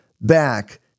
back